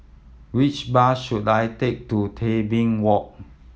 which bus should I take to Tebing Walk